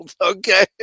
okay